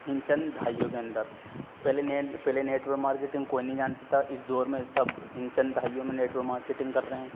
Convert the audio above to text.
ان چند دہائیوں کے اندر پہلے نیٹ پہلے نیٹورک مارکیٹنگ کو کوئی نہیں جانتا تھا اس دور میں سب ان چند دہائیوں میں نیٹورک مارکیٹنگ کر رہے ہیں